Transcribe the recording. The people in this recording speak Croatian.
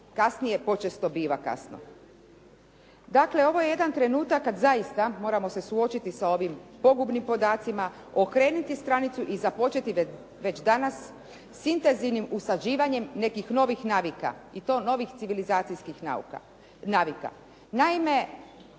kasnije počesto biva kasno. Dakle, ovo je jedan trenutak kada zaista moramo se suočiti sa ovim pogubnim podacima, okrenuti stranicu i započeti već danas sa intenzivnim usađivanjem nekih novih navika i to novih civilizacijskih navika. Naime,